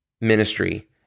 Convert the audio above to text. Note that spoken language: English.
ministry